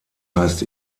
heißt